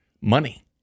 money